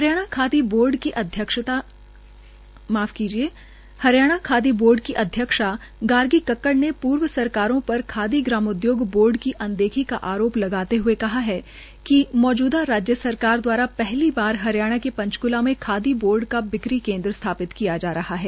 Haryana Khadi board की अध्यक्षा गार्गी कक्कड़ ने पूर्व सरकारों पर खादी ग्रामोद्योग बोर्ड की अनदेखी का आरोप लगाते हए कहा है कि मौजूदा राज्य सरकार द्वारा पहली बार हरियाणा के पंचकूला में खादी बोर्ड का बिक्री केन्द्र स्थापित किया जा रहा है